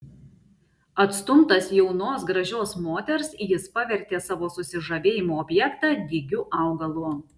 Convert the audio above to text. atstumtas jaunos gražios moters jis pavertė savo susižavėjimo objektą dygiu augalu